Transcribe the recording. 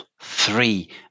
three